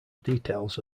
details